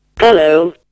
Hello